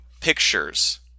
pictures